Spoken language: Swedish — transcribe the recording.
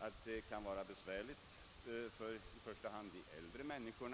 Att det kan bli lite besvärligt för i första hand äldre människor